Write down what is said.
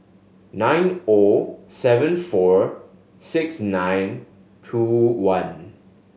nine O seven four six nine two one